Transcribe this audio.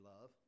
love